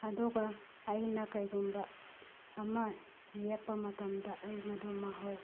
ꯑꯗꯨꯒ ꯑꯩꯅ ꯀꯔꯤꯒꯨꯝꯕ ꯑꯃ ꯌꯦꯛꯄ ꯃꯇꯝꯗ ꯑꯩ ꯃꯗꯨ ꯃꯍꯥꯎ